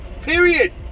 period